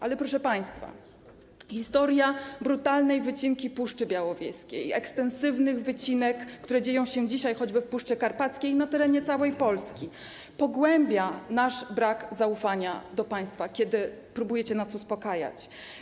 Ale, proszę państwa, historia brutalnej wycinki Puszczy Białowieskiej, ekstensywnych wycinek, które dzieją się dzisiaj choćby w Puszczy Karpackiej, na terenie całej Polski, pogłębia nasz brak zaufania do państwa, kiedy próbujecie nas uspokajać.